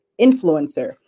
influencer